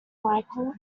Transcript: michael